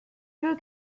peu